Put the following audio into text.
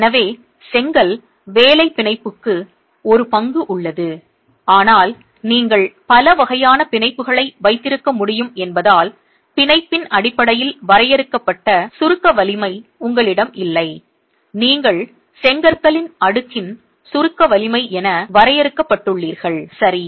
எனவே செங்கல் வேலை பிணைப்புக்கு ஒரு பங்கு உள்ளது ஆனால் நீங்கள் பல வகையான பிணைப்புகளை வைத்திருக்க முடியும் என்பதால் பிணைப்பின் அடிப்படையில் வரையறுக்கப்பட்ட சுருக்க வலிமை உங்களிடம் இல்லை நீங்கள் செங்கற்களின் அடுக்கின் சுருக்க வலிமை என வரையறுக்கப்பட்டுள்ளீர்கள் சரி